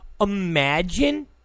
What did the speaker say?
Imagine